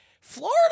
florida